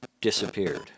disappeared